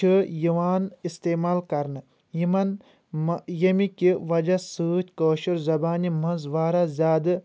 چھ یِوان اِستمال کرنہٕ یِمن ییٚمہِ کہ وجہ سۭتی کأشِر زبانہِ منٛز واریاہ زیٛادٕ